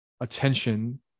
attention